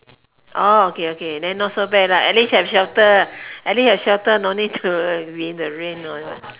orh okay okay then not so bad lah at least have shelter at least have shelter no need to be in the rain or what